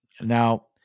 Now